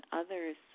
others